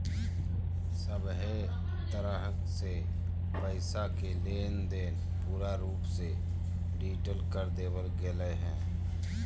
सभहे तरह से पैसा के लेनदेन पूरा रूप से डिजिटल कर देवल गेलय हें